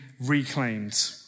reclaimed